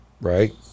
right